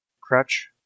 Crutch